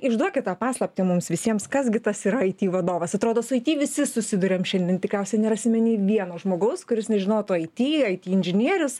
išduokit tą paslaptį mums visiems kas gi tas yra aiti vadovas atrodo su aiti visi susiduriam šiandien tikriausiai nerasime nei vieno žmogaus kuris nežinotų aiti aiti inžinierius